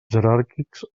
jeràrquics